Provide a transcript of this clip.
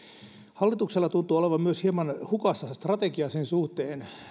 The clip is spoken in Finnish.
hallituksella tuntuu olevan myös hieman hukassa strategia sen suhteen